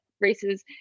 races